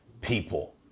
people